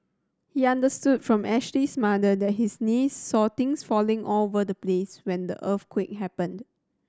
he understood from Ashley's mother that his niece saw things falling all over the place when the earthquake happened